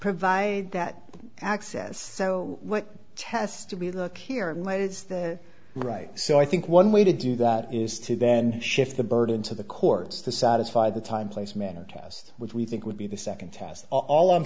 provide that access so what test to be look here might it's the right so i think one way to do that is to then shift the burden to the courts to satisfy the time place man test which we think would be the second test all i'm